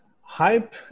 Hype